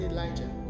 Elijah